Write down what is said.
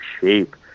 shape